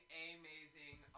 amazing